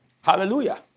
Hallelujah